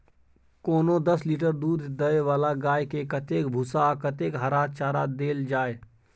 कोनो दस लीटर दूध दै वाला गाय के कतेक भूसा आ कतेक हरा चारा देल जाय?